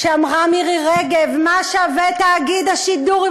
אמרה מירי רגב: מה שווה תאגיד השידור אם